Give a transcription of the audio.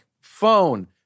phone